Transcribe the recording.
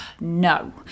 No